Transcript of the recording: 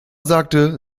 sagte